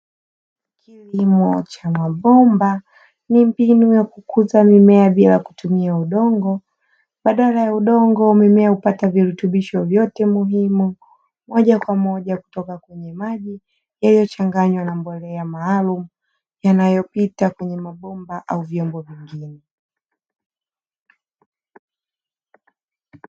Kilimo cha mabomba ni mbinu ya kukuza mimea bila kutumia udongo badala ya udongo, mimea hupata virutubisho vyote muhimu moja kwa moja kutoka kwenye maji yaliyochanganywa na mbolea maalumu yanayopita kwenye mabomba au vyombo vingine.